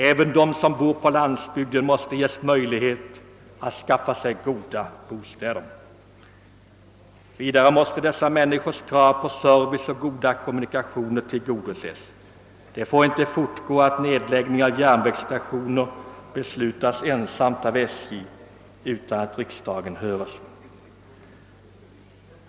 Även åt dem som bor på landsbygden måste ges möjlighet att skaffa sig goda bostäder. Vidare måste dessa människors krav på service och goda kommunikationer tillgodoses. Det får inte fortgå att nedläggningen av järnvägsstationer beslutas ensamt av SJ utan att riksdagen höres.